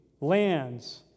lands